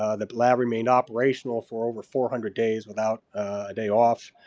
ah the lab remained operational for over four hundred days without a day off.